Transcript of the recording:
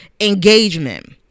engagement